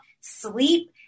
sleep